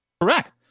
Correct